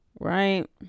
Right